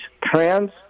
trans